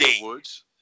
Woods